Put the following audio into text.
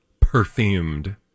perfumed